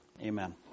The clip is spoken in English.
amen